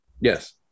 Yes